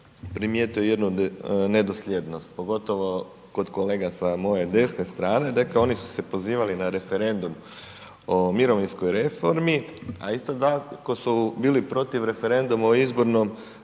primijetio jednu nedosljednost pogotovo kod kolega sa moje desne strane, dakle oni su se pozivali na referendum o mirovinskoj reformi a isto tako su bili protiv referenduma o Izbornom